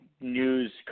news